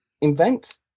invent